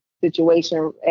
situation